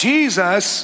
Jesus